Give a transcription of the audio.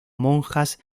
monjas